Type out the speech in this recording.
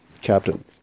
Captain